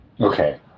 Okay